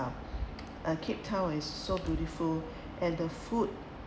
uh cape town is so beautiful and the food